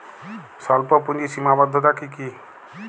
স্বল্পপুঁজির সীমাবদ্ধতা কী কী?